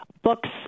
books